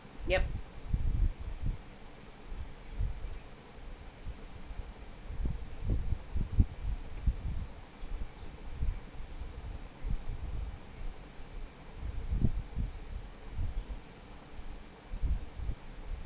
yup